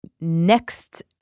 next